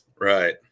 right